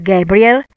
Gabriel